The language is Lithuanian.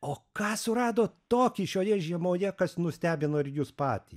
o ką suradot tokį šioje žiemoje kas nustebino ir jus patį